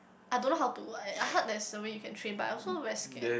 I don't know how to like I heard there's a way you can trade but I also very scared